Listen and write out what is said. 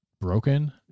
broken